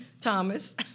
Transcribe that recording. Thomas